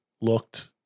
looked